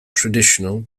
traditional